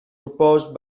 proposed